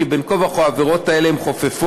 כי בין כה וכה העבירות האלה חופפות,